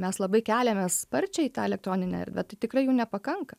mes labai keliamės sparčiai į tą elektroninę erdvę tai tikrai jų nepakanka